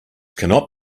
cannot